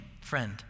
friend